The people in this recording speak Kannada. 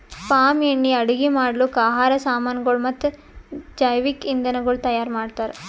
ಪಾಮ್ ಎಣ್ಣಿ ಅಡುಗಿ ಮಾಡ್ಲುಕ್, ಆಹಾರ್ ಸಾಮನಗೊಳ್ ಮತ್ತ ಜವಿಕ್ ಇಂಧನಗೊಳ್ ತೈಯಾರ್ ಮಾಡ್ತಾರ್